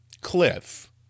cliff